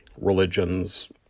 religions